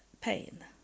pain